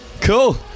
Cool